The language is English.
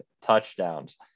touchdowns